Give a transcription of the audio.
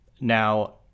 now